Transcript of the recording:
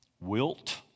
wilt